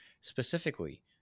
Specifically